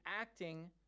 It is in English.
acting